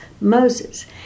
Moses